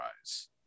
rise